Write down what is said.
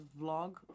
vlog